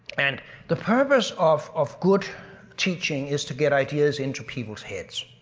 and the purpose of of good teaching is to get ideas into people's heads.